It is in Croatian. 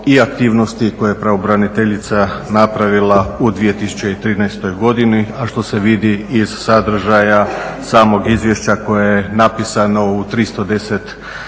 i aktivnosti koje je pravobraniteljica napravila u 2013. godini, a što se vidi iz sadržaja samog izvješća koje je napisano u 310